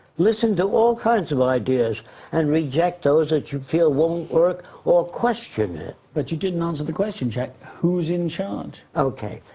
listen to all kinds of ideas and reject those that you feel won't work or question it. but you didn't answer the question, jacque. who's in charge? ok,